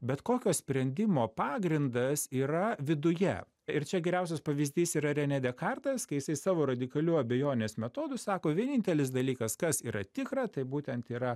bet kokio sprendimo pagrindas yra viduje ir čia geriausias pavyzdys yra renė dekartas kai jisai savo radikaliu abejonės metodu sako vienintelis dalykas kas yra tikra tai būtent yra